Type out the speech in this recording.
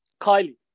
Kylie